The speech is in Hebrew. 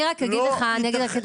אני רק אגיד לך: בסוף,